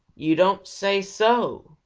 you don't say so!